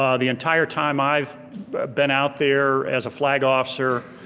um the entire time i've been out there as a flag officer,